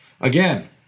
Again